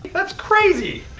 that's crazy.